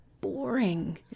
boring